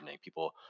people